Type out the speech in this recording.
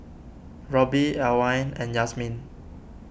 Roby Alwine and Yazmin